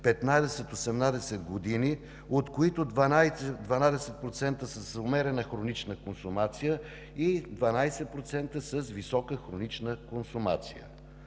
15 – 18 години, от които 12% са с умерена хронична консумация и 12% са с висока хронична консумация.